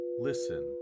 listen